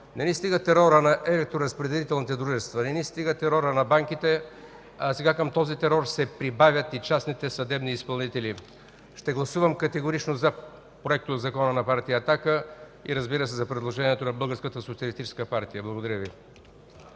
не ни стига терорът на електроразпределителните дружества, не ни стига терорът на банките, а към този терор се прибавя и този на частните съдебни изпълнители. Ще гласувам категорично за Законопроекта на партия „Атака“ и, разбира се, за предложението на Българската